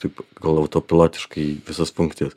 taip gal autopilotiškai visas funkcijas